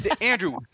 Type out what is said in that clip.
Andrew